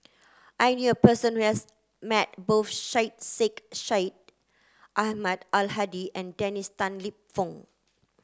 I knew a person who has met both Syed Sheikh Syed Ahmad Al Hadi and Dennis Tan Lip Fong